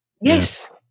yes